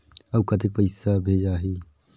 अउ कतेक पइसा भेजाही?